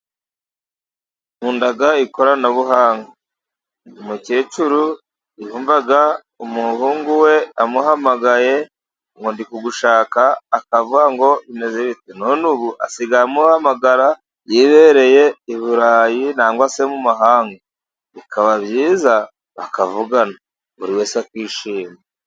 Nkunda ikoranabuhanga. Umukecuru yumvaga umuhungu we amuhamagaye ngo ndi kugushaka akavuga ngo bimeze bite, none ubu asigaye amuhamagara yibereye i Burayi cyangwa se mu Mahanga, bikaba byiza, bakavugana buri wese akishima.